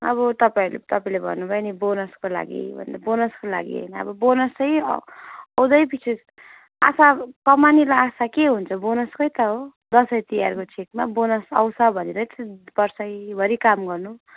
अब तपाईँहरू तपाईँले भन्नुभयो नि बोनसको लागि भन्नु बोनसको लागि होइन अब बोनस चाहिँ आउँदैपिच्छे आशा कमानेलाई आशा के हुन्छ बोनसकै त हो दसैँ तिहारको छेकमा बोनस आउँछ भनेरै त वर्षैभरि काम गर्नु